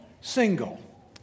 single